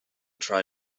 try